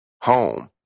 home